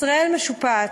ישראל משופעת,